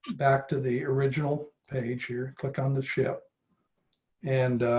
back to the original page here, click on the ship and